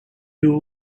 two